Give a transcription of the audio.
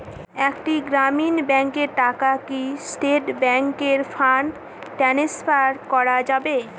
একটি গ্রামীণ ব্যাংকের টাকা কি স্টেট ব্যাংকে ফান্ড ট্রান্সফার করা যাবে?